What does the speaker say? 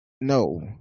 no